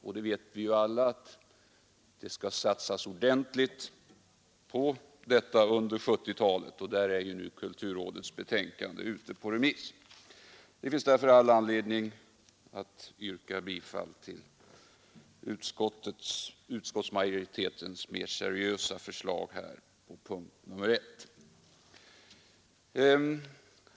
Vi vet ju alla att det skall satsas ordentligt på den under 1970-talet — kulturrådets betänkande är nu ute på remiss. Det finns alltså all anledning att yrka bifall till utskottsmajoritetens mer seriösa förslag på punkten 1.